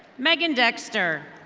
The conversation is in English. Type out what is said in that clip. megan dexter.